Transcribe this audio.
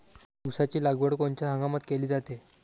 ऊसाची लागवड कोनच्या हंगामात केली जाते?